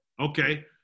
Okay